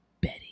Betty